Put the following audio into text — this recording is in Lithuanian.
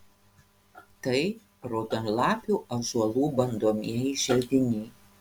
tai raudonlapių ąžuolų bandomieji želdiniai